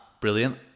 brilliant